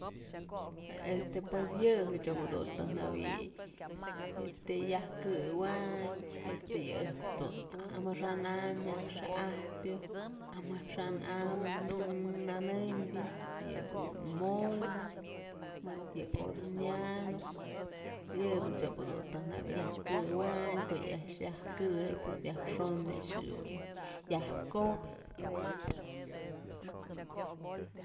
Je'e este pues yë jëch dun tan jawi este yajkëwayn este yë ëjt's dun amaxa'an am nyaj xa'ajpyë amaxa'an am nanënmbyë yëdun mole mëd yë horneado yë sëchob najue yajkëwayn ko'o yë a'ax yaj këy pues yajxon a'ax jedun yaj kojyë.